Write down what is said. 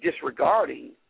disregarding